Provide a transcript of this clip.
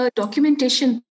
documentation